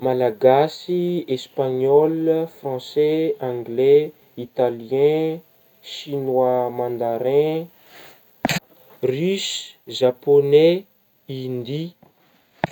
Malagasy, espagnol, français, anglais, chinois-mandarin russse; japonais, indi.